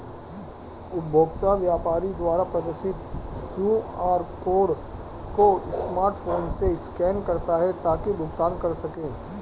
उपभोक्ता व्यापारी द्वारा प्रदर्शित क्यू.आर कोड को स्मार्टफोन से स्कैन करता है ताकि भुगतान कर सकें